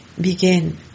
begin